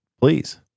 Please